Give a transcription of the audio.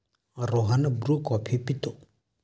Rohan Bru coffee पितो